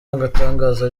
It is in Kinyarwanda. agatangaza